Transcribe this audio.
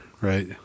right